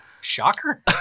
Shocker